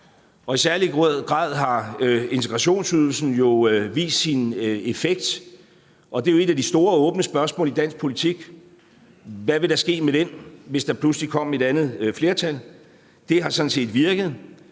I særlig grad har integrationsydelsen jo vist sin effekt, og det er et af de store, åbne spørgsmål i dansk politik, hvad der vil ske med den, hvis der pludselig kommer et andet flertal. Det har sådan